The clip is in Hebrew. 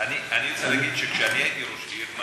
אני רוצה להגיד שכשאני הייתי ראש עיר,